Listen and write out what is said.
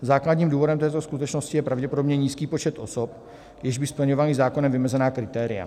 Základním důvodem této skutečnosti je pravděpodobně nízký počet osob, jež by splňovaly zákonem vymezená kritéria.